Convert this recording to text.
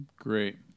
Great